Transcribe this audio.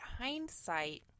hindsight